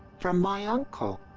from my uncle!